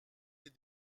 les